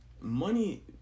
money